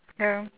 ya